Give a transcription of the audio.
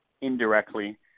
indirectly